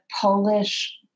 Polish